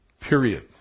Period